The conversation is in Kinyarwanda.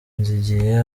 nzigiye